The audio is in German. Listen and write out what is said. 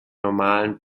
normalen